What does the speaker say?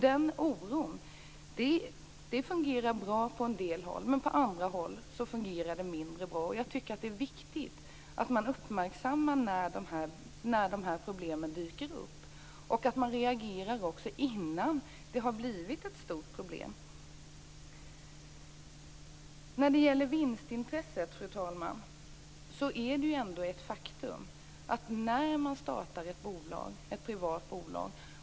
Det fungerar bra på en del håll, men på andra håll fungerar det mindre bra. Jag tycker att det är viktigt att man uppmärksammar de här problemen när de dyker upp och att man reagerar innan det har blivit ett stort problem. När det gäller vinstintresset, fru talman, är det ett faktum att man startar ett privat bolag för att driva det med vinst.